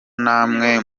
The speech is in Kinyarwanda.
namwe